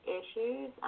issues